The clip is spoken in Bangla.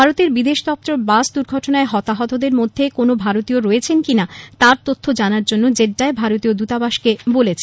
ভারতের বিদেশ দপ্তর বাস দুর্ঘটনায় হতাহতদের মধ্যে কোন ভারতীয় রয়েছেন কিনা তার তথ্য জানার জন্য জেড্ডায় ভারতীয় দৃতাবাসকে বলেছে